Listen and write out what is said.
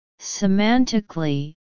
Semantically